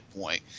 point